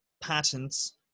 patents